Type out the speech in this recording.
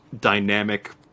dynamic